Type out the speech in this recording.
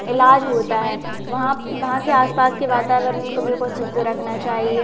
इलाज होता है वहाँ वहाँ के आसपास के वातावरण को बिल्कुल शुद्ध रखना चाहिए